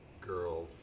girl